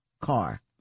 car